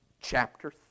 chapter